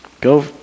go